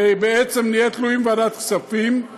ובעצם נהיה תלויים בוועדת הכספים?